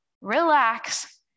relax